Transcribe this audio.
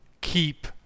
keep